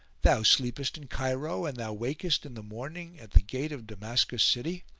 thou sleepest in cairo and thou wakest in the morning at the gate of damascus city!